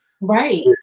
Right